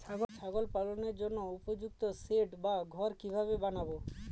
ছাগল পালনের জন্য উপযুক্ত সেড বা ঘর কিভাবে বানাবো?